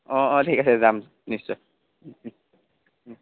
অঁ অঁ ঠিক আছে যাম নিশ্চয়